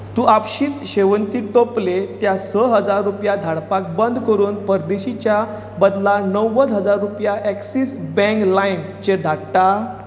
तूं आपशींच शेवन्ती टोपले हिका स हजार रुपया धाडप बंद करून पंद्रशीचे बदला णव्वद हजार रुपया ॲक्सिस बँक लायमचेर धाडटा